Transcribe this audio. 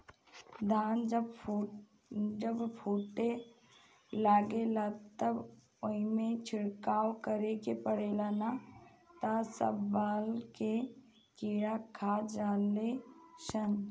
धान जब फूटे लागेला त ओइमे छिड़काव करे के पड़ेला ना त सब बाल के कीड़ा खा जाले सन